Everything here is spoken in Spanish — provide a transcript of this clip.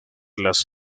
las